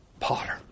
potter